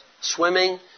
swimming